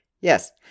yes